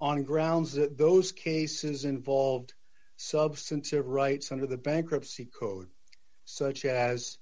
on grounds that those cases involved substantive rights under the bankruptcy code such as